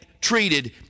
treated